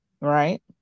right